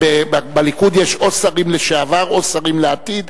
בליכוד יש או שרים לשעבר או שרים לעתיד,